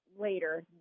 later